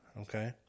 Okay